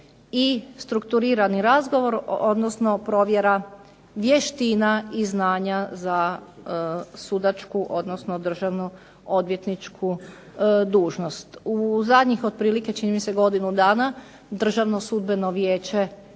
i strukturirani razgovor, odnosno provjera vještina i znanja za sudačku, odnosno državnu odvjetničku dužnost. U zadnjih otprilike čini mi se godinu dana Državno sudbeno vijeće